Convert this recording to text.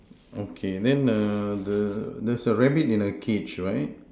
okay then err the there's a rabbit in a cage right